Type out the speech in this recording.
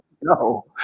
No